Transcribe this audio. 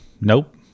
Nope